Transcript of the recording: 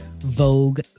Vogue